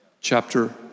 chapter